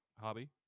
hobby